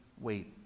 wait